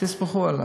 תסמכו עלי,